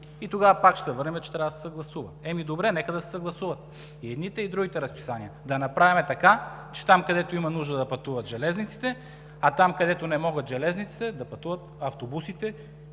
Тогава пак ще се върнем, че трябва да се съгласува. Ами добре, нека да се съгласуват и едните, и другите разписания. Да направим така, че там, където има нужда, да пътуват железниците, а там, където не могат железниците, да пътуват пълни автобусите.